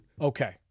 Okay